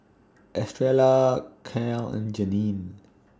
Estrella Cal and Janene